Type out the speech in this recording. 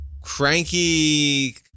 cranky